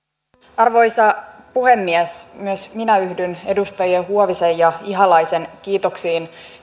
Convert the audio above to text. arvoisa puhemies myös minä yhdyn edustaja huovisen ja edustaja ihalaisen kiitoksiin